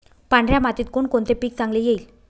पांढऱ्या मातीत कोणकोणते पीक चांगले येईल?